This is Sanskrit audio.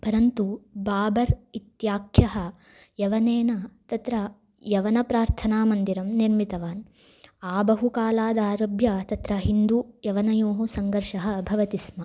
परन्तु बाबर् इत्याख्यः यवनेन तत्र यवनप्रार्थनामन्दिरं निर्मितवान् आबहुकालादारभ्य तत्र हिन्दु यवनयोः सङ्गर्षः भवति स्म